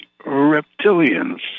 reptilians